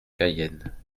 cayenne